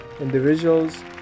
individuals